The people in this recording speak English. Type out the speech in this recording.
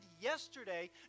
yesterday